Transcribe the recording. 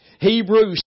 Hebrews